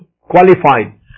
qualified